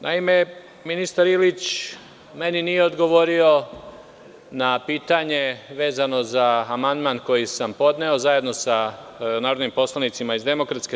Naime, ministar Ilić meni nije odgovorio na pitanje vezano za amandman koji sam podneo zajedno sa narodnim poslanicima iz DS.